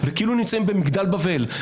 וכאילו נמצאים במגדל בבל.